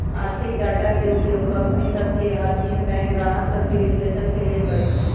आर्थिक डाटा के उपयोग कंपनि सभ के आऽ भिन्न बैंक गाहक सभके विश्लेषण के लेल करइ छइ